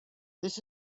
this